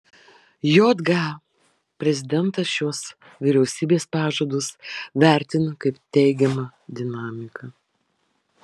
jga prezidentas šiuos vyriausybės pažadus vertina kaip teigiamą dinamiką